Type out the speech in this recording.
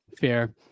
Fair